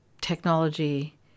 technology